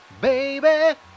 Baby